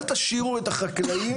אל תשאירו את החקלאים